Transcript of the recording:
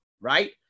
right